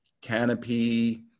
Canopy